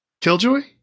Killjoy